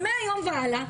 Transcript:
מהיום והלאה,